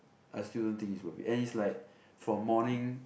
I still don't think is worth it and it's like from morning